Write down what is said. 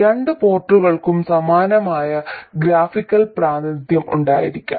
രണ്ട് പോർട്ടുകൾക്കും സമാനമായ ഗ്രാഫിക്കൽ പ്രാതിനിധ്യം ഉണ്ടാക്കാം